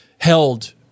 held